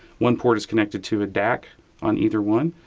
one port is connected to a dac on either one.